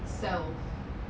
so